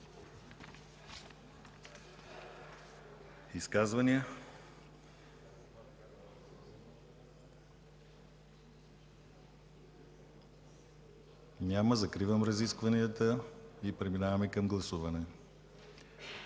Изказвания? Няма. Закривам разискванията и преминаваме към гласуване.